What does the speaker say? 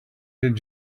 did